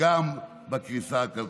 וגם בקריסה הכלכלית.